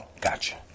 gotcha